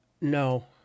No